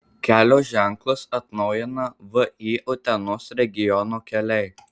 kelio ženklus atnaujina vį utenos regiono keliai